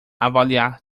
avaliar